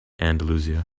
andalusia